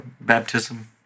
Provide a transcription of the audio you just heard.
baptism